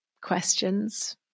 questions